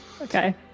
Okay